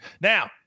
Now